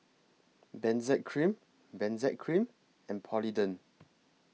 Benzac Cream Benzac Cream and Polident